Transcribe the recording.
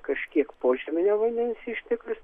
kažkiek požeminio vandens išteklius